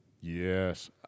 Yes